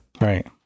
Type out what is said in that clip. right